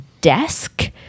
desk